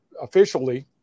officially